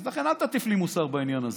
אז לכן אל תטיף לי מוסר בעניין הזה.